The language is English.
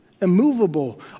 immovable